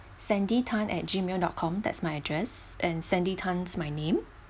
sandy tan at gmail dot com that's my address and sandy tan is my name